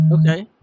Okay